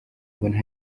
mbona